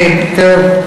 כן, טוב.